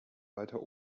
weiter